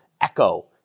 echo